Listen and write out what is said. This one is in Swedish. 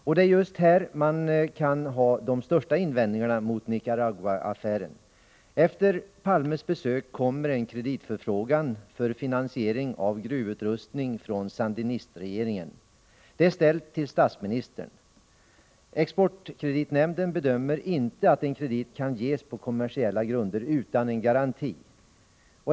Och det är just här man kan ha de största invändningarna mot Nicaraguaaffären. Efter Palmes besök kommer från sandinistregimen en kreditförfrågan som gäller finansiering av gruvutrustning. Den är ställd till statsministern. Exportkreditnämnden bedömer saken så att en kredit inte kan ges på kommersiella grunder utan en garanti.